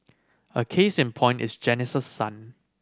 a case in point is Janice's son